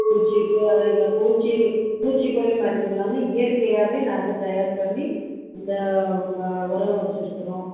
பூச்சிக்கு அதுங்க பூச்சி பூச்சிக்கொல்லி மருந்து எல்லாமே இயற்கையாகவே நாங்கள் தயார் பண்ணி அந்த அந்த உரம் வச்சுருக்கறோம்